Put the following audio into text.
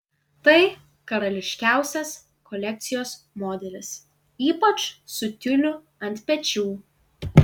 tai karališkiausias kolekcijos modelis ypač su tiuliu ant pečių